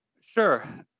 Sure